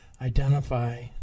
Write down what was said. identify